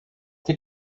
did